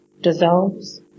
dissolves